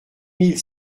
mille